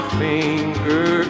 finger